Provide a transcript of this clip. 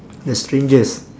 the strangest